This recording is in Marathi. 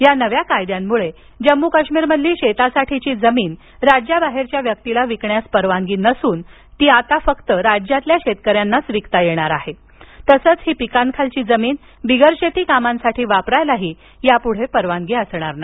या नव्या कायद्यांमुळे जम्मू काश्मीरमधील शेतीसाठीची जमीन राज्याबाहेरील व्यक्तीला विकण्यास परवानगी नसून ती फक्त राज्यातील शेतकऱ्यालाच विकता येणार आहे तसच ही पिकाखालील जमीन बिगरशेती कामासाठी वापरण्यासही परवानगी असणार नाही